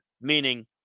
meaning